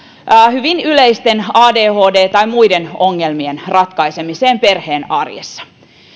hyvin yleisten adhd tai muiden ongelmien ratkaisemiseen perheen arjessa